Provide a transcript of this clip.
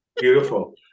beautiful